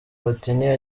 platini